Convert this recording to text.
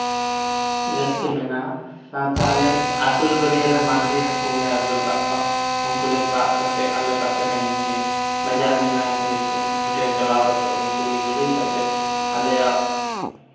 ᱡᱟᱹᱥᱛᱤ ᱢᱮᱱᱟᱜᱼᱟ ᱥᱟᱶᱛᱮ ᱟᱞᱮ ᱟᱥᱚᱞ ᱜᱟᱹᱰᱭᱟᱹᱨᱮ ᱢᱟᱹᱜᱽᱨᱤ ᱦᱟᱹᱠᱩᱞᱮ ᱟᱹᱥᱩᱞ ᱠᱟᱜ ᱠᱚᱣᱟ ᱩᱱᱠᱩ ᱞᱮ ᱥᱟᱵ ᱠᱟᱛᱮᱜᱟᱞᱮ ᱯᱟᱥᱮᱨᱮ ᱢᱤᱫᱴᱮᱡ ᱵᱟᱡᱟᱨ ᱢᱮᱱᱟᱜᱼᱟ ᱡᱮᱦᱮᱛᱩ ᱵᱟᱡᱟᱨ ᱪᱟᱞᱟᱣ ᱠᱟᱛᱮ ᱩᱱᱠᱩ ᱟᱠᱷᱨᱤᱧ ᱠᱟᱛᱮ ᱟᱞᱮᱭᱟᱜ